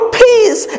peace